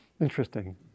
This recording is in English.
Interesting